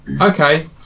okay